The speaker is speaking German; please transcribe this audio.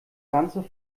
ganze